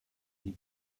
die